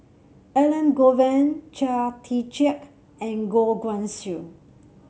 Elangovan Chia Tee Chiak and Goh Guan Siew